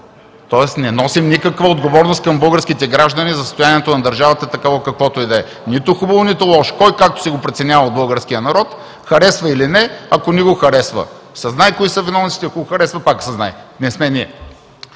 тоест не носим никаква отговорност към българските граждани за състоянието на държавата такова, каквото е – нито хубаво, нито лошо, който както си го преценява от българския народ, харесва или не, ако не го харесва – знае се кои са виновниците, ако го харесва – пак се знае, не сме ние.